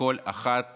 לכל אחת